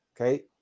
okay